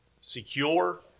secure